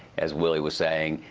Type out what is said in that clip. as willie was saying,